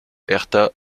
hertha